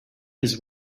his